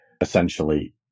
essentially